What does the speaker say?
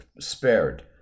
spared